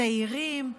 צעירים,